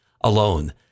alone